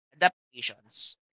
adaptations